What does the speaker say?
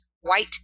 white